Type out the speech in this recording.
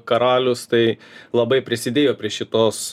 karalius tai labai prisidėjo prie šitos